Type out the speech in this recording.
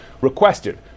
requested